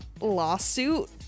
lawsuit